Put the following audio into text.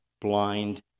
blind